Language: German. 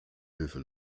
hilfe